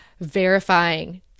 verifying